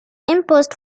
imposed